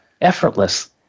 effortless